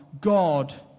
God